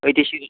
أتی سُلے